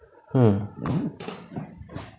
hmm